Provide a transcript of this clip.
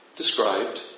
described